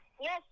Yes